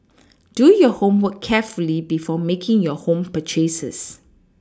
do your homework carefully before making your home purchases